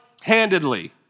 handedly